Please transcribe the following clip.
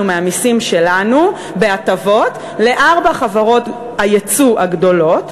מהמסים שלנו בהטבות לארבע חברות היצוא הגדולות.